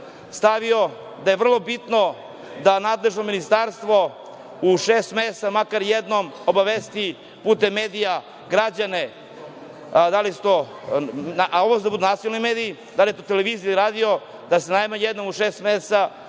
stavio da je vrlo bitno da nadležno ministarstvo u šest meseci makar jednom obavesti putem medija građane, da to budu nacionalni mediji, da li je to televizija ili radio, da se najmanje jednom u šest meseci